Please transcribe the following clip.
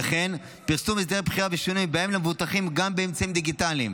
וכן פרסום הסדרי בחירה ושינויים בהם למבוטחים גם באמצעים דיגיטליים.